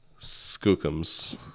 Skookums